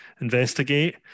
investigate